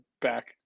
back